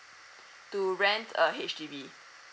to rent a H_D_B